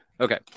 Okay